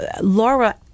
Laura